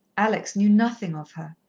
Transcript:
alex knew nothing of her.